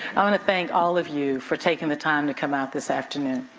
i wanna thank all of you for taking the time to come out this afternoon.